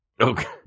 Okay